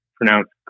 pronounced